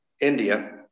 India